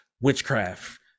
witchcraft